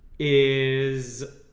is